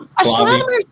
Astronomers